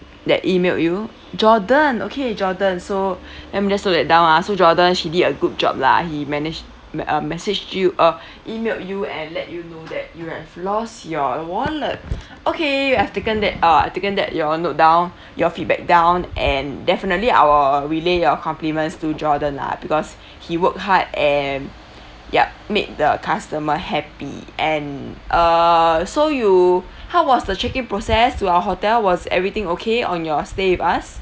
that emailed you jordan okay jordan so let me just note that down ah so jordan he did a good job lah he managed uh messaged you uh emailed you and let you know that you've lost your wallet okay I've taken that uh taken that your note down your feedback down and definitely I'll relay your compliments to jordan lah because he work hard and yup made the customer happy and err so you how was the check in process to our hotel was everything okay on your stay with us